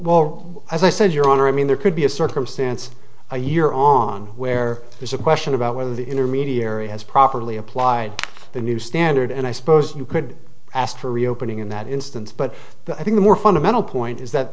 well as i said your honor i mean there could be a circumstance a year on where there's a question about whether the intermediary has properly applied the new standard and i suppose you could ask for reopening in that instance but i think the more fundamental point is that